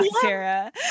Sarah